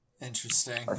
Interesting